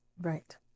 right